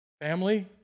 Family